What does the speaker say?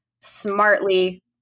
smartly